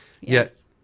Yes